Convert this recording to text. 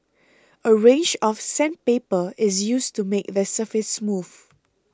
a range of sandpaper is used to make the surface smooth